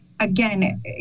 Again